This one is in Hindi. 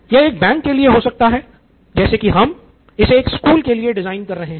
यह एक बैंक के लिए है हो सकता है जैसे की हम इसे एक स्कूल के लिए डिज़ाइन कर रहे हैं